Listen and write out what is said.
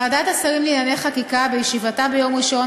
ועדת השרים לענייני חקיקה בישיבתה ביום ראשון